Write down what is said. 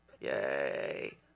Yay